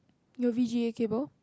your V_G_A cable